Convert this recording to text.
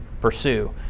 pursue